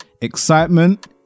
Excitement